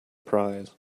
prize